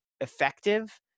effective